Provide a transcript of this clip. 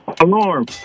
Alarm